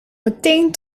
meteen